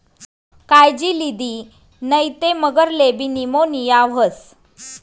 कायजी लिदी नै ते मगरलेबी नीमोनीया व्हस